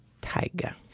Tiger